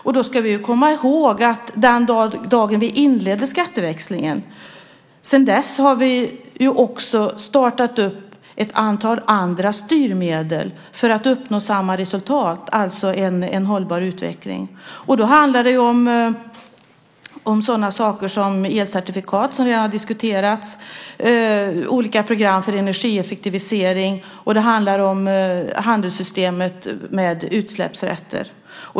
Vi ska komma ihåg att vi sedan den dag vi inledde skatteväxlingen också har startat upp ett antal andra styrmedel för att uppnå samma resultat, en hållbar utveckling. Det handlar om sådana saker som elcertifikat, som redan har diskuterats, olika program för energieffektivisering, och det handlar om handelssystemet med utsläppsrätter.